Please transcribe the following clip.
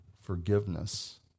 forgiveness